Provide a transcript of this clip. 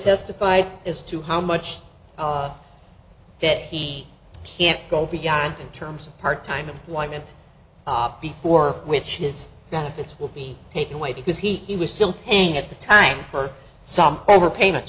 testified as to how much that he can't go beyond in terms of part time employment before which is that if it's will be taken away because he was still paying at the time for some over payment